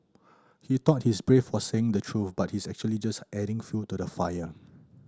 he thought he's brave for saying the truth but he's actually just adding fuel to the fire